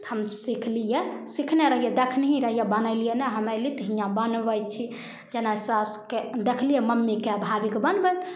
हम सिखलियै सिखने रहियै देखने रहियै बनेलियै नहइ हम अयली तऽ हियाँ बनबै छी केना सासुकेँ देखलियै मम्मीकेँ भाभीकेँ बनबैत